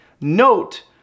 Note